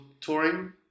touring